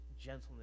gentleness